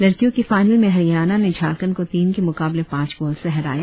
लड़कियों के फाइनल में हरियाणा ने झारखंड को तीन के मुकाबले पांच गोल से हराया